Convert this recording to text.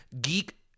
geek